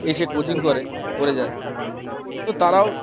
এসে কোচিং করে করে যায় তো তারাও